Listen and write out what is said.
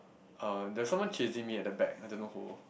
uh there's someone chasing me at the back I don't know who